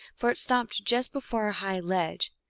for it stopped just before a high ledge,